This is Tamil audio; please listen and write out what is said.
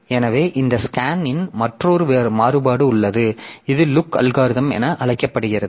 எனவே இந்த SCAN இன் மற்றொரு மாறுபாடு உள்ளது இது லுக் அல்காரிதம் என அழைக்கப்படுகிறது